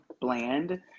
bland